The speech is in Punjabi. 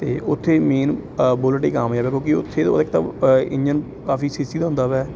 ਅਤੇ ਉੱਥੇ ਮੇਨ ਬੁੱਲਟ ਹੀ ਕਾਮਯਾਬ ਹੈ ਕਿਉਂਕਿ ਉੱਥੇ ਇੱਕ ਤਾਂ ਇੰਜਨ ਕਾਫੀ ਸੀ ਸੀ ਦਾ ਹੁੰਦਾ ਹੈ